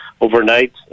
overnight